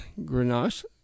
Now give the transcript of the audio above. Grenache